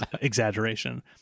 exaggeration